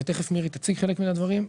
ותכף מירי תציג חלק מהדברים,